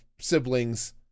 siblings